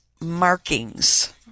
markings